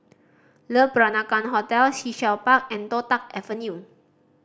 Le Peranakan Hotel Sea Shell Park and Toh Tuck Avenue